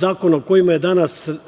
zakona